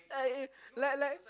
uh eh like like